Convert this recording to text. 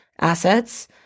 assets